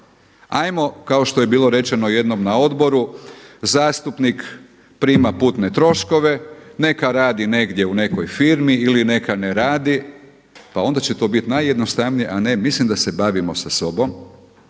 Ajmo kao što je bilo rečeno jednom na odboru zastupnik prima putne troškove neka radi negdje u nekoj firmi ili neka ne radi pa onda će to biti najjednostavnije, a ne. Mislimo da se bavim sa sobom